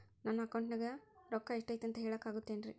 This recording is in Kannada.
ನನ್ನ ಅಕೌಂಟಿನ್ಯಾಗ ರೊಕ್ಕ ಎಷ್ಟು ಐತಿ ಅಂತ ಹೇಳಕ ಆಗುತ್ತೆನ್ರಿ?